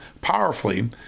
powerfully